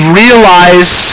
realize